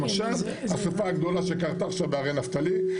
למשל השריפה הגדולה שקרתה עכשיו בהרי נפתלי,